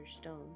stone